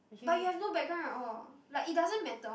but you have no background at all like it doesn't matter one